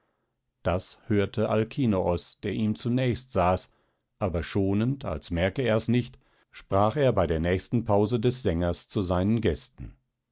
das hörte alkinoos der ihm zunächst saß aber schonend als merke er's nicht sprach er bei der nächsten pause des sängers zu seinen gästen